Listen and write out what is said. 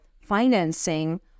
financing